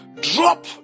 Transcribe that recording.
drop